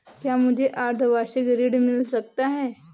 क्या मुझे अर्धवार्षिक ऋण मिल सकता है?